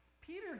Peter